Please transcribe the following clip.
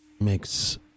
makes